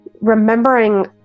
remembering